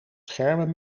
schermen